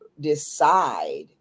decide